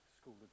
school